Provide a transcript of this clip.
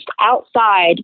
outside